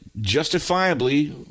justifiably